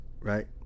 right